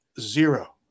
Zero